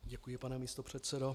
Děkuji, pane místopředsedo.